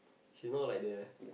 she's not like the